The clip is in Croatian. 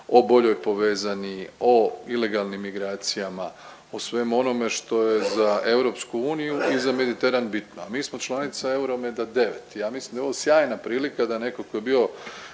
o boljoj povezani, o ilegalnim migracijama, o svemu onome što je za EU i za Mediteran bitno. Mi smo članica EuroMeda 9, ja mislim da je ovo sjajna prilika da netko tko je bio